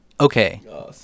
okay